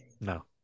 no